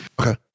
Okay